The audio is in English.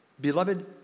Beloved